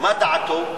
מה דעתו,